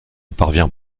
parvient